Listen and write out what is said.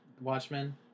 Watchmen